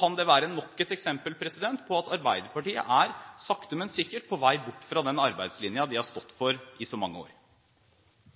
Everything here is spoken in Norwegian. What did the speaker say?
kan det være nok et eksempel på at Arbeiderpartiet – sakte, men sikkert – er på vei bort fra den arbeidslinjen de har stått for i så mange år.